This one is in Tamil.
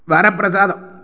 வரப்பிரசாதம்